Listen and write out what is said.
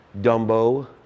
dumbo